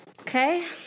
Okay